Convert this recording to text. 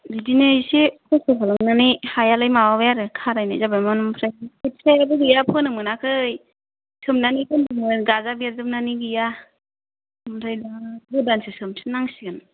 बिदिनो इसे खस्थ' खालामनानै हायालाय माबाबाय आरो खारायनाय जाबायमोन ओमफ्राय खोथियायाबो गैया फोनो मोनाखै सोमनानै दोन्दोंमोन गाजा बेरजोबनानै गैया ओमफ्राय दा गोदानसो सोमफिननांसिगोन